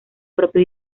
propio